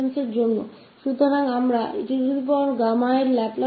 तो हमने पाया 𝑡𝛾 का लाप्लास